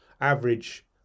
average